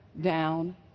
down